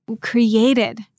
created